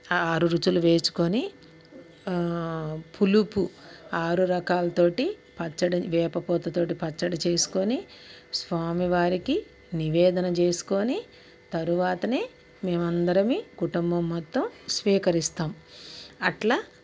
ఆరు రుచులు వేసుకోని పులుపు ఆరు రకాలతో పచ్చడి వేపపూతతో పచ్చడి చేసుకోని స్వామివారికి నివేదనం చేసుకోని తరువాతనే మేమందరమీ కుటుంబం మొత్తం స్వీకరిస్తాం అట్లా